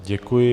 Děkuji.